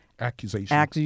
Accusation